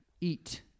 eat